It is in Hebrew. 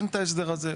אין את ההסדר הזה,